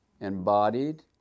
Embodied